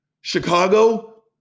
Chicago